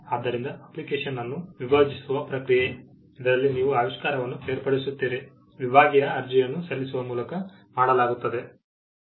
ಆದ್ದರಿಂದ ಅಪ್ಲಿಕೇಶನ್ ಅನ್ನು ವಿಭಜಿಸುವ ಪ್ರಕ್ರಿಯೆ ಇದರಲ್ಲಿ ನೀವು ಆವಿಷ್ಕಾರವನ್ನು ಬೇರ್ಪಡಿಸುತ್ತೀರಿ ವಿಭಾಗೀಯ ಅರ್ಜಿಯನ್ನು ಸಲ್ಲಿಸುವ ಮೂಲಕ ಮಾಡಲಾಗುತ್ತದೆ